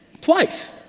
twice